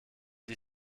die